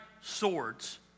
swords